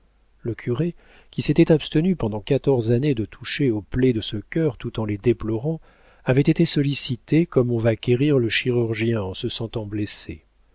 le curé qui s'était abstenu pendant quatorze années de toucher aux plaies de ce cœur tout en les déplorant avait été sollicité comme on va quérir le chirurgien en se sentant blessé